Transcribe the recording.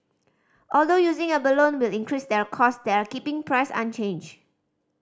although using abalone will increase their cost they are keeping price unchanged